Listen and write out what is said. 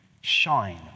Shine